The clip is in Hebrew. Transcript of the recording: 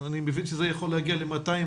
אני מבין שזה יכול להגיע ל-200,